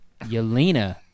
Yelena